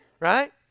Right